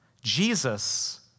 Jesus